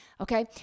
Okay